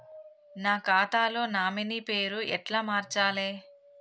నా ఖాతా లో నామినీ పేరు ఎట్ల మార్చాలే?